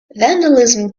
vandalism